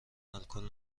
الکل